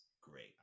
great